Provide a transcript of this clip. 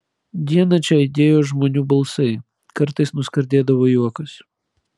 dieną čia aidėjo žmonių balsai kartais nuskardėdavo juokas